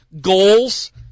goals